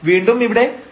വീണ്ടും ഇവിടെ 1